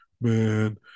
man